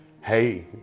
hey